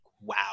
wow